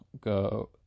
go